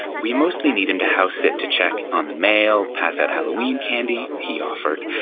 we mostly need him to house it to check on the mail, pass out halloween candy he offered,